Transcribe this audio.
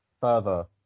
further